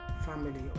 family